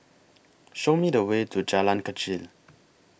Show Me The Way to Jalan Kechil